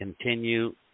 continue